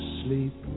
sleep